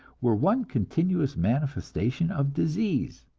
were one continuous manifestation of disease.